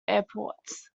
airports